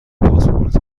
پاسپورت